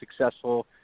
successful